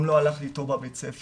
גם לא הלך לי טוב בבית הספר,